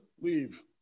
leave